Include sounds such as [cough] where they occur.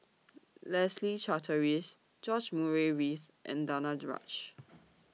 Leslie Charteris George Murray Reith and Danaraj [noise]